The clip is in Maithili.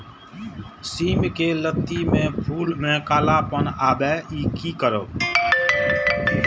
सिम के लत्ती में फुल में कालापन आवे इ कि करब?